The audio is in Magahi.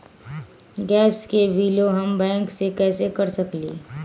गैस के बिलों हम बैंक से कैसे कर सकली?